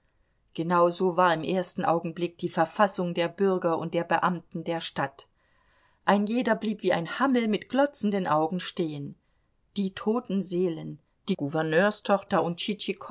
so war im ersten augenblick die verfassung der bürger und der beamten der stadt ein jeder blieb wie ein hammel mit glotzenden augen stehen die toten seelen die gouverneurstochter und